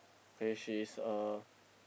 K she's a